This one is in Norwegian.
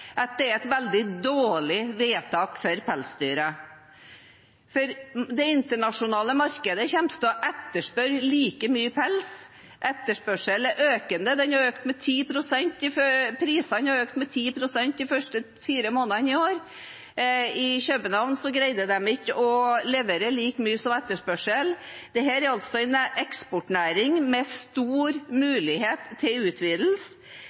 at det er et veldig dårlig vedtak for pelsdyrene. Det internasjonale markedet kommer til å etterspørre like mye pels. Etterspørselen er økende, den er økt med 10 pst., prisene har økt med 10 pst. de første fire månedene i år. I København greide de ikke å levere og dekke etterspørselen. Dette er en eksportnæring med stor mulighet til utvidelse.